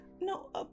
No